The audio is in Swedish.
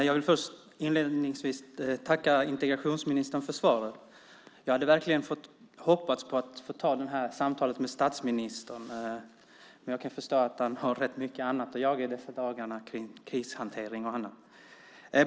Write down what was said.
Fru talman! Jag vill inledningsvis tacka integrationsministern för svaret. Jag hade verkligen hoppats att få ha det här samtalet med statsministern, men jag kan förstå att han har rätt mycket annat att göra i dessa dagar kring krishantering och annat.